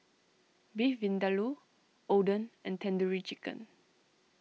Beef Vindaloo Oden and Tandoori Chicken